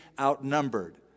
outnumbered